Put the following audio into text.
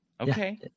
Okay